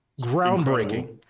groundbreaking